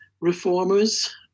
reformers